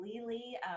Lily